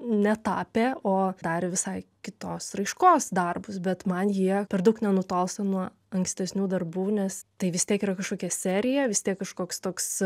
netapė o darė visai kitos raiškos darbus bet man jie per daug nenutolsta nuo ankstesnių darbų nes tai vis tiek yra kažkokia serija vis tiek kažkoks toks